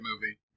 movie